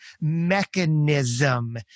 mechanism